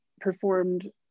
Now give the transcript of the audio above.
performed